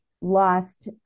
lost